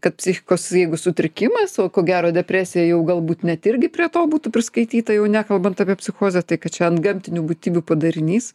kad psichikos jeigu sutrikimas o ko gero depresija jau galbūt net irgi prie to būtų priskaityta jau nekalbant apie psichozę tai kad čia antgamtinių būtybių padarinys